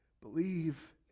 Believe